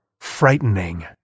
frightening